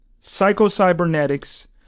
Psycho-Cybernetics